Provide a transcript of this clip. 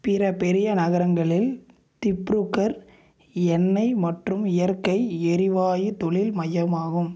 பிற பெரிய நகரங்களில் திப்ருகர் எண்ணெய் மற்றும் இயற்கை எரிவாயு தொழில் மையமாகும்